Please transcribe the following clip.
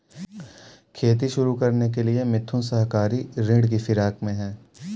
खेती शुरू करने के लिए मिथुन सहकारी ऋण की फिराक में है